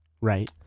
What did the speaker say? right